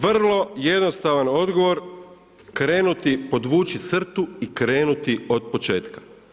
Vrlo jednostavan odgovor, krenuti, podvući crtu i krenuti otpočetka.